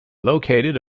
located